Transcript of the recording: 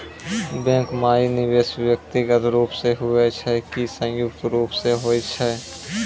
Bank माई निवेश व्यक्तिगत रूप से हुए छै की संयुक्त रूप से होय छै?